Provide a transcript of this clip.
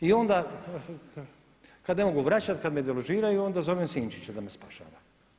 I onda kad ne mogu vraćati, kad me deložiraju onda zovem Sinčića da me spašava.